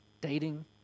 dating